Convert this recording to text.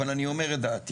אבל אני אומר את דעתי,